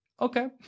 Okay